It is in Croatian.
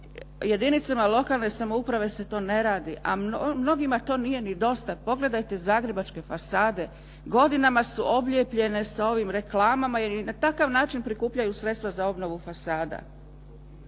jedinicama lokalne samouprave se to ne radi, a mnogima to nije ni dosta. Pogledajte zagrebačke fasade. Godinama su oblijepljene sa ovim reklama jer i na takav način prikupljaju sredstva za obnovu fasada.